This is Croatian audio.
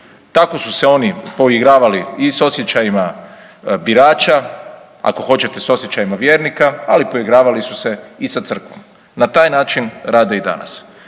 Tako su se oni poigravali i s osjećajima birača, ako hoćete s osjećajima vjernika, ali poigravali su se i sa crkvom. Na taj način rade i danas.